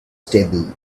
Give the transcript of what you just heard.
stable